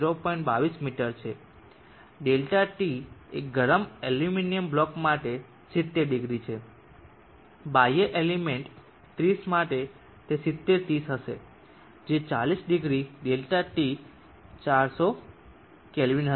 22 metre છે ΔTએ ગરમ એલ્યુમિનિયમ બ્લોક માટે 700 છે બાહ્ય એમ્બિયન્ટ 30 માટે તે 70 30 હશે જે 400 ΔT 400k હશે